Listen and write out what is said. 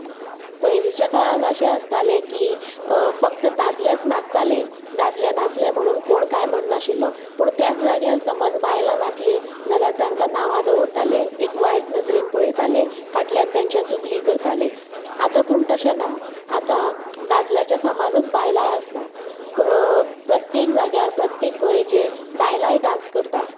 पयलींच्या काळान अशें आसतालें की फक्त दादलेच नाचताले दादले नाचलें म्हणून कोण कांय म्हणनाशिल्लो पूण त्याच जाग्यार समज बायलां नाचलीं जाल्यार तांकां नांवां दवरताले एक वायट नजरेन पळयताले फाटल्यान तांच्या चुगली करताले आतां पूण तशें ना आतां दादल्याच्या समानूच बायलांय आसता प्रत्येक जाग्यार प्रत्येक हाचेर बायलांय डांस करता